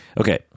Okay